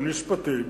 הם נשפטים,